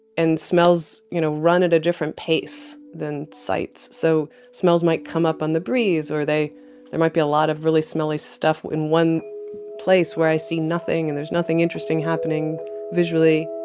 and smells, you know, run at a different pace than sights. so smells might come up on the breeze, or they there might be a lot of really smelly stuff in one place where i see nothing and there's nothing interesting happening visually